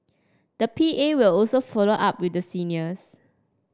the P A will also follow up with the seniors